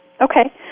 Okay